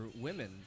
women